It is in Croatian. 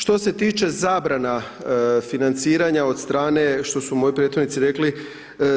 Što se tiče zabrana financiranja od strane što su moji prethodnici rekli